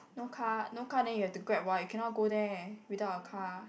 no car no car then you have to Grab what you cannot go there without a car